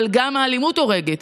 אבל גם האלימות הורגת,